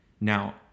Now